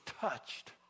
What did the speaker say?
touched